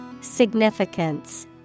Significance